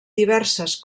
diverses